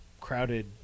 crowded